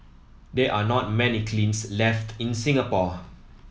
there are not many kilns left in Singapore